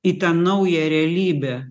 į tą naują realybę